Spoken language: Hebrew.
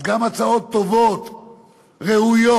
אז גם הצעות טובות, ראויות,